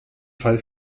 fall